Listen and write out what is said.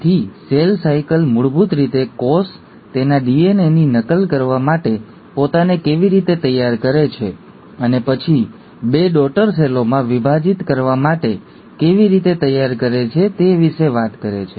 તેથી cell cycle મૂળભૂત રીતે કોષ તેના ડીએનએની નકલ કરવા માટે પોતાને કેવી રીતે તૈયાર કરે છે અને પછી બે ડૉટર સેલોમાં વિભાજિત કરવા માટે કેવી રીતે તૈયાર કરે છે તે વિશે વાત કરે છે